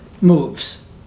moves